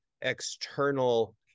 external